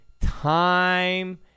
time